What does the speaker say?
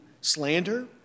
slander